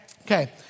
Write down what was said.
Okay